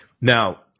now